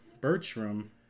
Bertram